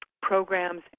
programs